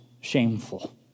shameful